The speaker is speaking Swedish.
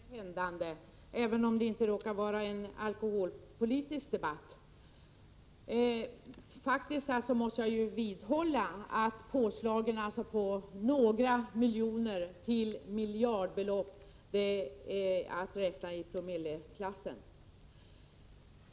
Fru talman! Att nämna ordet promille i den här kammaren är tydligen tändande, även om det inte råkar vara en alkoholpolitisk debatt. Faktiskt måste jag vidhålla att påslaget med några miljoner till miljardbelopp är att räkna i promilleklassen.